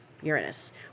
Uranus